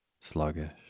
sluggish